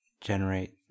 generate